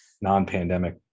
non-pandemic